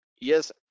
yes